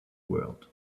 world